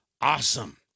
awesome